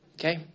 Okay